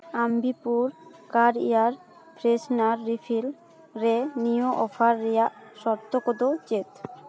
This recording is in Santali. ᱟᱢᱵᱤᱠᱳ ᱠᱟᱨ ᱤᱭᱟᱨ ᱯᱷᱨᱮᱥᱱᱟᱨ ᱨᱤᱯᱷᱤᱞ ᱨᱮ ᱱᱤᱭᱟᱹ ᱚᱯᱷᱟᱨ ᱨᱮᱭᱟᱜ ᱥᱚᱨᱛᱚ ᱠᱚᱫᱚ ᱪᱮᱫ